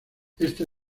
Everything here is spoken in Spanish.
esta